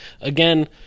again